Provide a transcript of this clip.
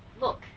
Look